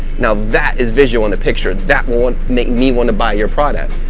now that is visual in a picture that won't make me want to buy your product,